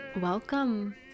welcome